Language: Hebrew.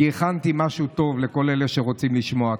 כי הכנתי משהו טוב לכל אלה שרוצים לשמוע.